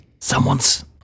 Someone's